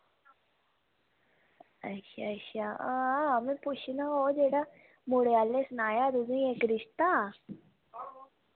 अच्छा अच्छा हां में पुच्छना हा ओह् जेह्ड़ा मुड़े आह्ले सनाया तुसें इक रिश्ता